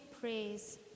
praise